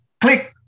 click